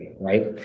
Right